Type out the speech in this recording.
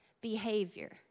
behavior